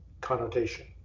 connotation